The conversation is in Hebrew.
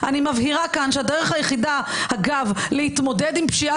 אני מבהירה כאן שהדרך היחידה להתמודד עם פשיעה